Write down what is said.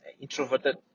Introverted